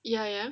ya ya